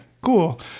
cool